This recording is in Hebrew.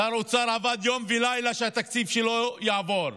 שר האוצר עבד יום ולילה שהתקציב שלו יעבור.